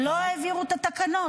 שלא העבירו את התקנות.